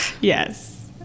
Yes